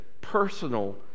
personal